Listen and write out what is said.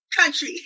country